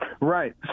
Right